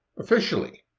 officially,